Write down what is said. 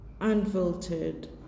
unfiltered